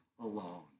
alone